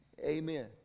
amen